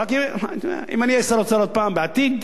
אם אני אהיה שר האוצר עוד הפעם, בעתיד,